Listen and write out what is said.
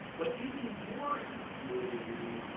but even more infuriating,